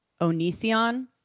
Onision